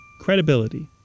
Credibility